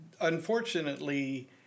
unfortunately